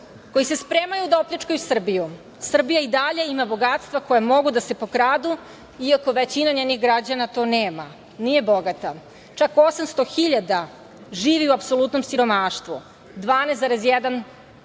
koji se spremaju da opljačkaju Srbiju. Srbija i dalje ima bogatstva koja mogu da se pokradu, iako većina njenih građana to nema, nije bogata. Čak 800.000 živi u apsolutnom siromaštvu.